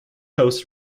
hosts